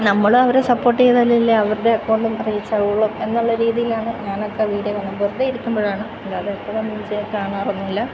നമ്മളും അവരെ സപ്പോർട്ട് ചെയ്താൽ അല്ലേ അവരുടെ അക്കൗണ്ടും റീച്ച് ആവുള്ളൂ എന്നുള്ള രീതിയിലാണ് ഞാനൊക്കെ വീഡിയോ കാണുക വെറുതെയിരിക്കുമ്പോഴാണ് അല്ലാതെ എപ്പോഴും ഒന്നും കാണാറൊന്നുമില്ല